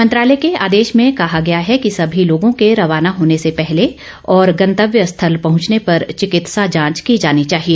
मंत्रालय के आदेश में कहा गया है कि सभी लोगों के रवाना होने से पहले और गेंतव्य स्थल पहुंचने पर चिकित्सा जांच की जानी चाहिए